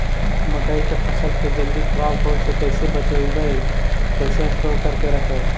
मकइ के फ़सल के जल्दी खराब होबे से कैसे बचइबै कैसे स्टोर करके रखबै?